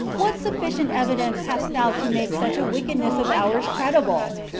what sufficient evidence hast thou to make such a wickedness of ours credible?